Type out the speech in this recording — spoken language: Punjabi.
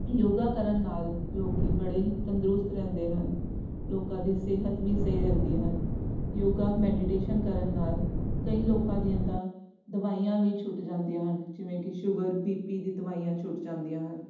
ਯੋਗਾ ਕਰਨ ਨਾਲ ਲੋਕੀ ਬੜੇ ਹੀ ਤੰਦਰੁਸਤ ਰਹਿੰਦੇ ਹਨ ਲੋਕਾਂ ਦੀ ਸਿਹਤ ਵੀ ਸਹੀ ਰਹਿੰਦੀ ਹਨ ਯੋਗਾ ਮੈਡੀਟੇਸ਼ਨ ਕਰਨ ਨਾਲ ਕਈ ਲੋਕਾਂ ਦੀਆਂ ਤਾਂ ਦਵਾਈਆਂ ਵੀ ਛੁੱਟ ਜਾਂਦੀਆਂ ਹਨ ਜਿਵੇਂ ਕਿ ਸ਼ੂਗਰ ਬੀ ਪੀ ਦੀ ਦਵਾਈਆਂ ਛੁੱਟ ਜਾਂਦੀਆਂ ਹਨ